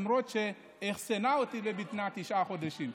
למרות שהיא אחסנה אותי בבטנה תשעה חודשים.